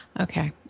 Okay